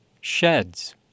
Sheds